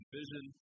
vision